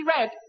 red